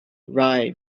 rye